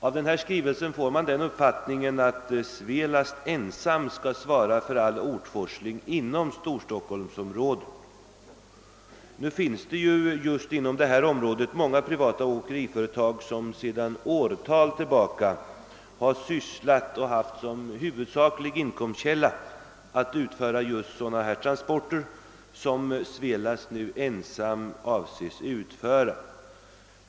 Av skrivelsen får man därför den uppfattningen att Svelast ensamt skall svara för all ortforsling inom Storstockholmsområdet. Nu finns det inom detta område många privata åkeriföretag som i åratal haft som huvudsaklig inkomstkälla att utföra just sådana transporter som Svelast i fortsättningen ensamt avses utföra.